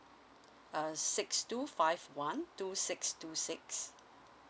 err six two five one two six two six